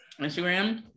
Instagram